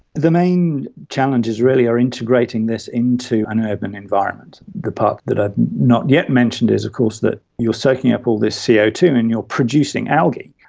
the main challengers really are integrating this into an urban environment. the part that i have not yet mentioned is of course you're soaking up all this c o two and you're producing algae.